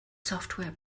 software